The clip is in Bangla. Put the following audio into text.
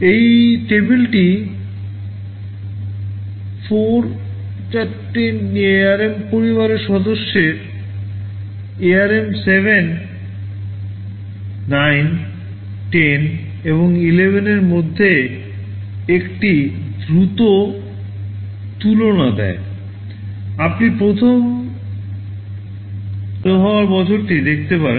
এই টেবিলটি 4 টি ARM পরিবারের সদস্যদের ARM 7 9 10 এবং 11 এর মধ্যে একটি দ্রুত তুলনা দেয় আপনি প্রথম চালু হওয়ার বছরটি দেখতে পারেন